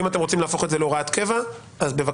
אם אתם רוצים להפוך להוראת קבע אז או